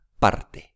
parte